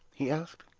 he asked.